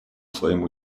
своим